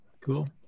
Cool